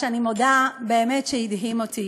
שאני מודה שבאמת הדהים אותי.